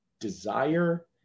desire